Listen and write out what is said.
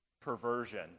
perversion